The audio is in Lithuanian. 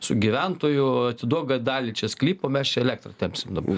su gyventoju atiduok dalį čia sklypo mes čia elektrą tempsim dabar